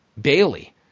Bailey